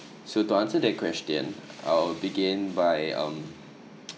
so to answer that question I'll begin by um